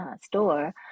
store